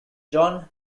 john